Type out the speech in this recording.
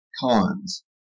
cons